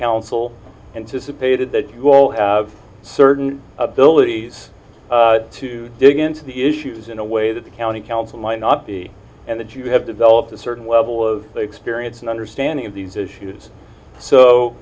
council anticipated that you will have certain abilities to dig into the issues in a way that the county council might not be and that you have developed a certain level of experience and understanding of these issues so